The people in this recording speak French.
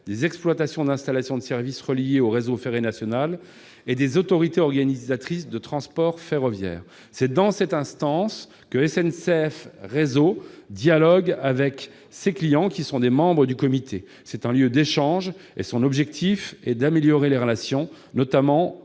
des exploitants d'installations de service reliées au réseau ferré national et des autorités organisatrices de transport ferroviaire. C'est au sein de cette instance que SNCF Réseau dialogue avec ses clients, également membres. La vocation de ce lieu d'échanges est d'améliorer les relations, notamment